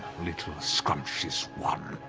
little scrumptious one?